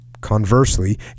Conversely